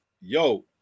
yo